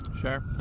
Sure